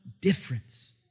difference